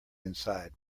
inside